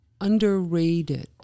underrated